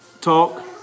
talk